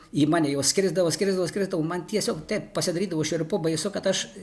į mane jos skrisdavo skrisdavo skrisdavo man tiesiog taip pasidarydavo šiurpu baisu kad aš